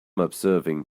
observing